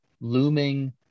looming